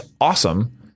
awesome